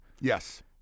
Yes